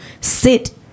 sit